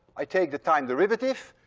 i take the time derivative.